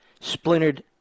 splintered